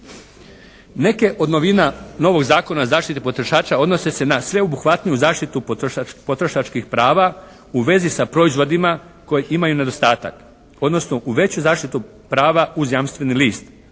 Neke od novina novog Zakona o zaštiti potrošača odnose se na sveobuhvatniju zaštitu potrošačkih prava u vezi sa proizvodima koji imaju nedostatak, odnosno u veću zaštitu prava uz jamstveni list,